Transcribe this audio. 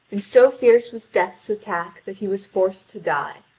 and so fierce was death's attack that he was forced to die.